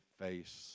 face